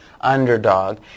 underdog